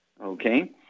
Okay